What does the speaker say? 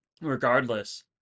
regardless